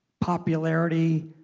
popularity.